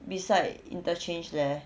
beside interchange there